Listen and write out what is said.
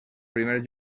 primer